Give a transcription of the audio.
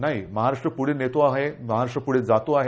नाही महाराष्ट्र प्ढे नेतो आहे महाराष्ट्र पूढे जातो आहे